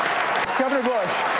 governor bush,